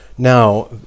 Now